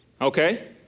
Okay